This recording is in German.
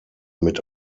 mit